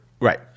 Right